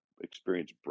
experience